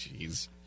Jeez